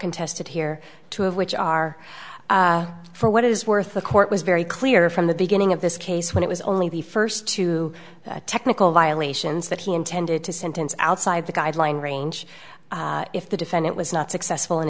contested here two of which are for what is worth the court was very clear from the beginning of this case when it was only the first two technical violations that he intended to sentence outside the guideline range if the defendant was not successful in